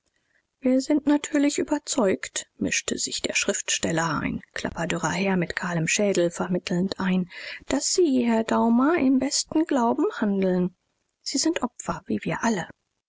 wir sind natürlich überzeugt mischte sich der schriftsteller ein klapperdürrer herr mit kahlem schädel vermittelnd ein daß sie herr daumer im besten glauben handeln sie sind opfer wie wir alle